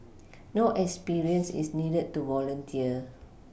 no experience is needed to volunteer